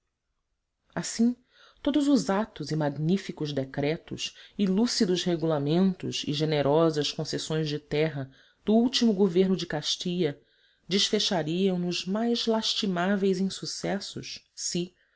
assim todos os atos e magníficos decretos e lúcidos regulamentos e generosas concessões de terras do último governo de castilla desfechariam nos mais lastimáveis insucessos se